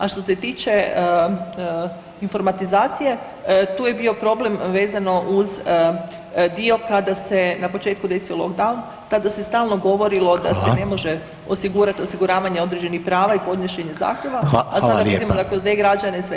A što se tiče informatizacije tu je bio problem vezano uz dio kada se na početku desio lockdown tada se stalno govorilo da se ne može [[Upadica: Hvala.]] osigurat osiguravanje određenih prava i podnošenje zahtjeva, a sad vidimo da kroz e-građane sve se